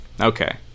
Okay